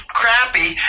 crappy